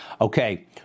Okay